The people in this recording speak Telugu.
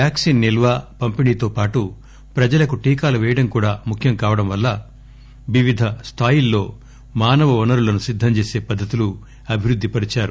వ్యాక్పిన్ నిల్వ పంపిణీతోపాటు ప్రజలకు టీకాలు పేయడం కూడా ముఖ్యం కావడం వల్ల వివిధ స్థాయిల్లో మానవ వనరులను సిద్దంచేసే పద్దతులు అభివృద్ది పరిచారు